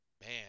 man